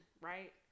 right